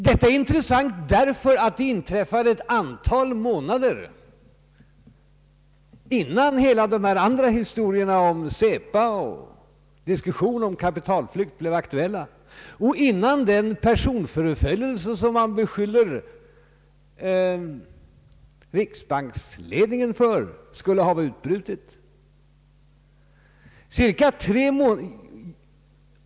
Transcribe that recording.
Detta är intressant, därför att det inträffade ett antal månader innan hela denna historia om Cepa och diskussionen om kapitalflykt blev aktuella och innan den personförföljelse som man beskyller riksbanksledningen för skulle ha utbrutit.